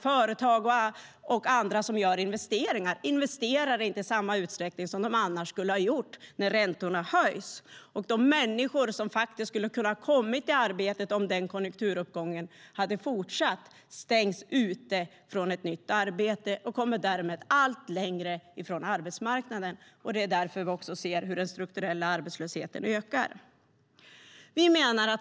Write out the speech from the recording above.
Företag och andra som gör investeringar investerar inte i samma utsträckning som de annars skulle göra när räntorna höjs. De människor som skulle ha kunnat komma i arbete om konjunkturuppgången hade fortsatt stängs ute från ett nytt arbete och kommer därmed allt längre från arbetsmarknaden. Det är därför vi också ser hur den strukturella arbetslösheten ökar.